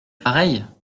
pareil